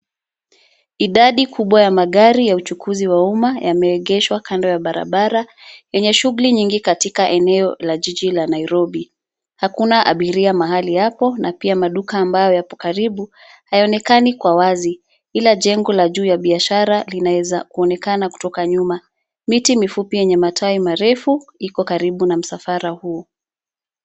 Idadi kubwa ya magari ya uchukuzi wa umma yameegeshwa kando ya barabara yenye shughuli nyingi katika eneo la jiji la Nairobi. Hakuna abiria mahali hapo na pia maduka ambayo yapo karibu hayaonekani kwa wazi ila jengo la juu ya biashara linaweza kuonekana kwa nyuma. Miti mifupi yenye matawi marefu iko karibu na msafara huo.